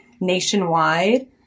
nationwide